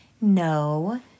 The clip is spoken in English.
No